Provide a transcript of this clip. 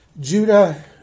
Judah